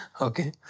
Okay